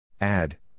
Add